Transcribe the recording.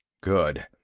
good,